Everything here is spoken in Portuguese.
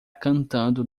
cantando